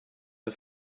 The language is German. der